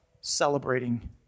celebrating